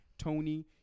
Tony